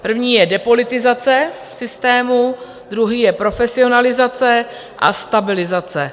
První je depolitizace systému, druhý je profesionalizace a stabilizace.